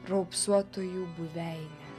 raupsuotųjų buveinė